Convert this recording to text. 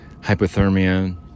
hypothermia